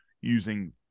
using